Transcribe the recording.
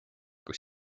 kus